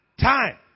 time